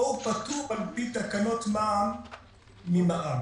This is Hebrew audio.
או פטור על-פי תקנות מע"מ ממע"מ?